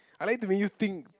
I like to make you think